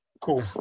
Cool